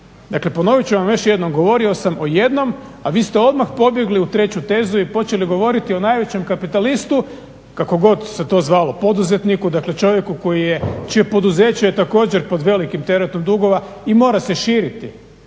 Dakle, ponovit ću vam još jednom, govorio sam o jednom a vi ste odmah pobjegli u treću tezu i počeli govoriti o najvećem kapitalistu, kako god se to zvalo, poduzetniku, dakle čovjeku čije poduzeće je također pod velikim teretom dugova i mora se širiti